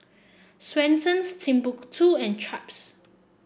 Swensens Timbuk two and Chaps